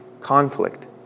conflict